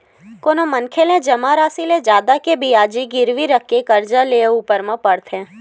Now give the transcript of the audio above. कोनो मनखे ला जमा रासि ले जादा के बियाज गिरवी रखके करजा लेय ऊपर म पड़थे